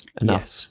Enough